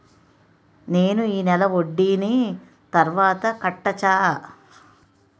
నేను ఈ నెల వడ్డీని తర్వాత కట్టచా?